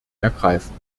ergreifen